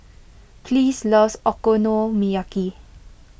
please loves Okonomiyaki